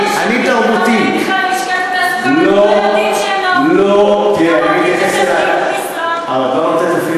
כמה לא רשומים בלשכת התעסוקה ואתם לא יודעים שהם לא עובדים?